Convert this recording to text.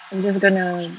I'm just gonna